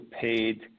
paid